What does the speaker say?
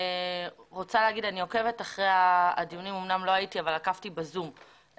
עקבתי אחרי הדיונים הקודמים בזום.